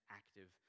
active